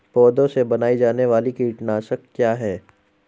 पौधों से बनाई जाने वाली कीटनाशक क्या है?